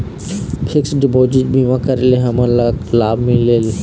Fix deposit बीमा करे ले हमनला का लाभ मिलेल?